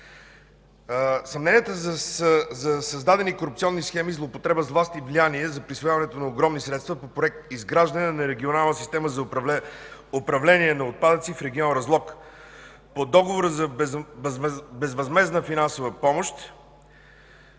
Съмненията са за създадена корупционна схема, злоупотреба с власт и влияние за присвояване огромни средства по Проект „Изграждане на Регионална система за управление на отпадъци в регион Разлог, по Договор за безвъзмездна финансова помощ